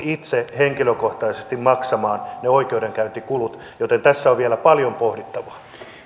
itse henkilökohtaisesti maksamaan ne oikeudenkäyntikulut joten tässä on vielä paljon pohdittavaa